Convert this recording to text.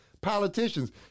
politicians